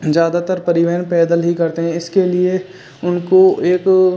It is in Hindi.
ज़्यादातर परिवहन पैदल ही करते हैं इसके लिए उनको एक